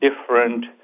different